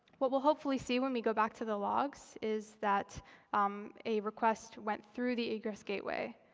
what we'll hopefully see when we go back to the logs is that um a request went through the egress gateway.